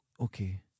okay